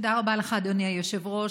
תודה רבה לך, אדוני היושב-ראש.